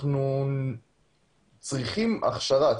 אנחנו צריכים הכשרה,